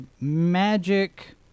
magic